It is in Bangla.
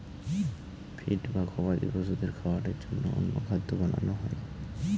ফিড বা গবাদি পশুদের খাবারের জন্য অন্য খাদ্য বানানো হয়